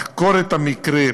לחקור את המקרה,